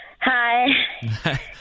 Hi